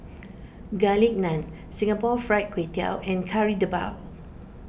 Garlic Naan Singapore Fried Kway Tiao and Kari Debal